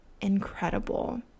incredible